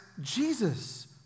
Jesus